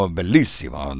bellissimo